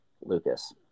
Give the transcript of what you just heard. Lucas